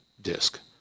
disc